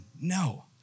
no